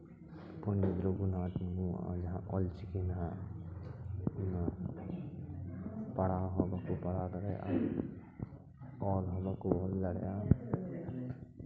ᱯᱚᱱᱰᱤᱛ ᱨᱚᱜᱷᱩᱱᱟᱛᱷ ᱢᱩᱨᱢᱩ ᱟᱜ ᱡᱟᱦᱟᱸ ᱚᱞᱪᱤᱠᱤ ᱢᱮᱱᱟᱜᱼᱟ ᱚᱱᱟ ᱯᱟᱲᱦᱟᱣ ᱦᱚᱸ ᱵᱟᱠᱚ ᱯᱟᱲᱦᱟᱣ ᱫᱟᱲᱮᱭᱟᱜᱼᱟ ᱚᱞᱦᱚᱸ ᱵᱟᱠᱚ ᱚᱞ ᱫᱟᱲᱮᱭᱟᱜᱼᱟ